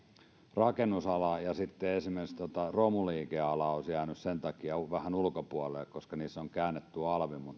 rakennusala ja esimerkiksi romuliikeala jotka olisivat jääneet sen takia vähän ulkopuolelle koska niissä on käännetty alvi